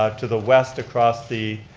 ah to the west across the